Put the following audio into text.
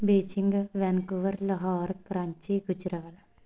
Beijing Vancouver Lahore Karachi Gujarat